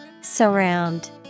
Surround